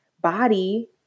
body